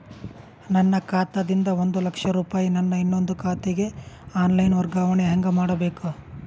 ನನ್ನ ಖಾತಾ ದಿಂದ ಒಂದ ಲಕ್ಷ ರೂಪಾಯಿ ನನ್ನ ಇನ್ನೊಂದು ಖಾತೆಗೆ ಆನ್ ಲೈನ್ ವರ್ಗಾವಣೆ ಹೆಂಗ ಮಾಡಬೇಕು?